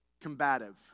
combative